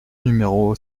numéro